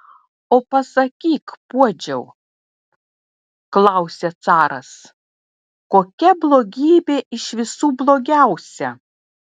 o pasakyk puodžiau klausia caras kokia blogybė iš visų blogiausia